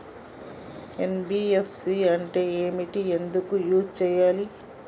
NBFC అంటే ఏంటిది ఎందుకు యూజ్ చేయాలి?